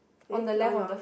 eh on your